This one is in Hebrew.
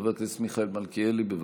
חבר הכנסת מיכאל מלכיאלי, בבקשה.